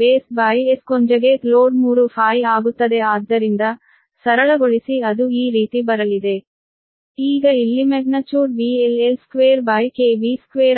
BSload3∅ ಆಗುತ್ತದೆ ಆದ್ದರಿಂದ ಸರಳಗೊಳಿಸಿ ಅದು ಈ ರೀತಿ ಬರಲಿದೆ